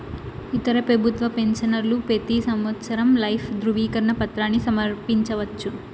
ఇతర పెబుత్వ పెన్సవర్లు పెతీ సంవత్సరం లైఫ్ దృవీకరన పత్రాని సమర్పించవచ్చు